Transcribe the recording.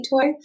toy